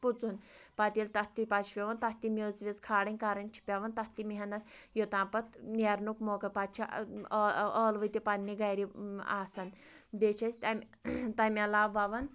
پٕژُن پَتہٕ ییٚلہِ تَتھ تہِ پَتہٕ چھِ پٮ۪وان تَتھ تہِ میٚژ ویٚژ کھالٕنۍ کَرٕنۍ چھِ پٮ۪وان تَتھ تہِ محنت یوٚتام پَتہٕ نیرنُک موقعہٕ پَتہٕ چھِ ٲلوٕ تہِ پنٛنہِ گَرِ آسان بیٚیہِ چھِ أسۍ تَمہِ علاو وَوان